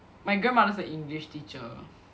my grandmother's a English teacher